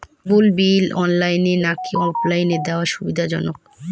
কেবল bill অনলাইনে নাকি অফলাইনে দেওয়া সুবিধাজনক?